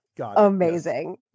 amazing